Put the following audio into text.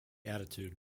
attitude